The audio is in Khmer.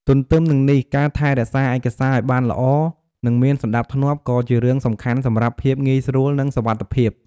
ទទ្ទឹមនឹងនេះ ការថែរក្សាឯកសារឲ្យបានល្អ និងមានសណ្ដាប់ធ្នាប់ ក៏ជារឿងសំខាន់សម្រាប់ភាពងាយស្រួល និងសុវត្ថិភាព។